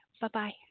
Bye-bye